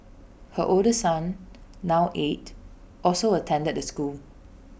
her older son now eight also attended the school